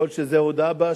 יכול להיות שזו הודאה באשמה.